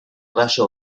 rayo